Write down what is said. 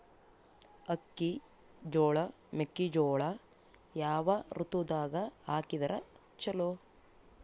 ಅಕ್ಕಿ, ಜೊಳ, ಮೆಕ್ಕಿಜೋಳ ಯಾವ ಋತುದಾಗ ಹಾಕಿದರ ಚಲೋ?